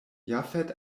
jafet